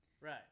Right